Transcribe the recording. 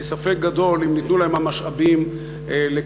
כי ספק גדול אם ניתנו להם המשאבים לקיים